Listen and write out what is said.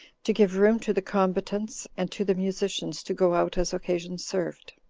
to give room to the combatants and to the musicians to go out as occasion served.